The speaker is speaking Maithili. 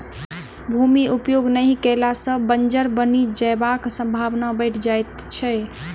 भूमि उपयोग नहि कयला सॅ बंजर बनि जयबाक संभावना बढ़ि जाइत छै